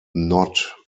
not